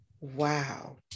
Wow